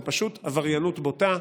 זאת פשוט עבריינות בוטה,